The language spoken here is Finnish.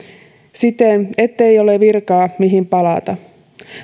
siten ettei ole virkaa mihin palata